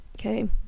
okay